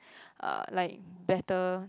uh like better